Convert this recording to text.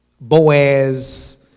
Boaz